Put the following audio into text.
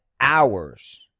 hours